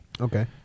Okay